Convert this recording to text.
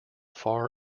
far